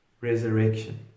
resurrection